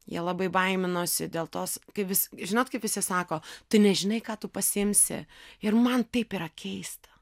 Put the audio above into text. jie labai baiminosi dėl tos kai visi žinot kaip visi sako tu nežinai ką tu pasiimsi ir man taip yra keista